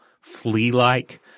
flea-like